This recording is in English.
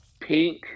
pink